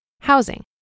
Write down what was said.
Housing